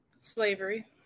slavery